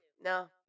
No